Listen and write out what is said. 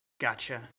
Gotcha